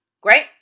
Great